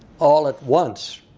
all at once.